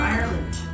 Ireland